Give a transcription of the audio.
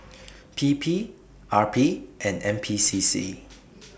P P R P and N P C C